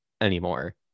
anymore